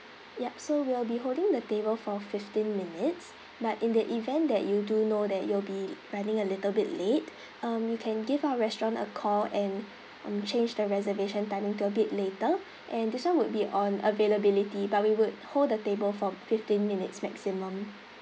yup so we'll be holding the table for fifteen minutes but in the event that you do know that you'll be running a little bit late um you can give our restaurant a call and um change the reservation timing to a bit later and this [one] would be on availability but we would hold the table for fifteen minutes maximum